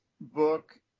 book